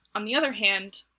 on the other hand,